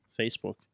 Facebook